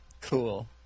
Cool